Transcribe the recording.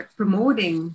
promoting